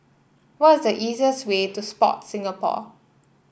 what is the easiest way to Sport Singapore